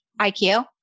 IQ